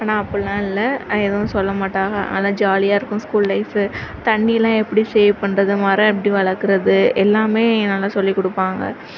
ஆனால் அப்புடில்லாம் இல்லை எதுவு ம் சொல்ல மாட்டாங்க நல்லா ஜாலியாயிருக்கும் ஸ்கூல் லைஃபு தண்ணிலாம் எப்படி சேவ் பண்ணுறது மரம் எப்படி வளக்கிறது எல்லாம் நல்லா சொல்லிக் கொடுப்பாங்க